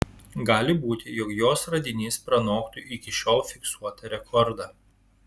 gali būti jog jos radinys pranoktų iki šiol fiksuotą rekordą